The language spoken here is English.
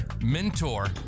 mentor